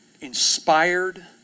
inspired